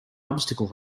obstacle